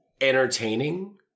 entertaining